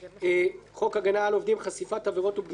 חוק הגנה על עובדים חשיפת עבירות או פגיעה בטוהר